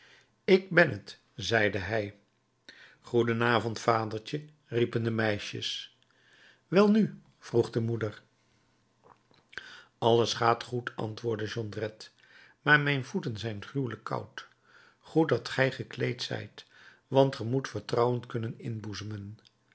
ik ben t zeide hij goeden avond vadertje riepen de meisjes welnu vroeg de moeder alles gaat goed antwoordde jondrette maar mijn voeten zijn gruwelijk koud goed dat gij gekleed zijt want ge moet vertrouwen kunnen inboezemen